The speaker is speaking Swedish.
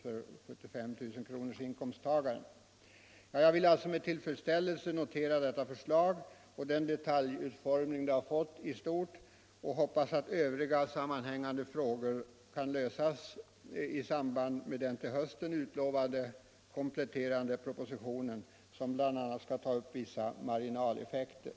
för en inkomst på 75 000 kr. Jag noterar med tillfredsställelse detta förslag, och dess detaljutformning i stort är godtagbar. Övriga härmed sammanhängande frågor som är oklara kan lösas i samband med den till hösten utlovade kompletteringspropositionen, som bl.a. skall ta upp vissa marginaleffekter.